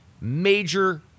major